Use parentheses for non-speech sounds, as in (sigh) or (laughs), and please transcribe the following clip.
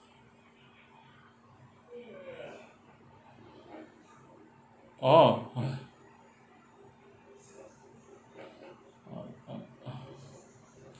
orh (laughs) uh uh uh